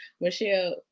Michelle